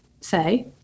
say